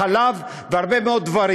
החלב והרבה מאוד דברים.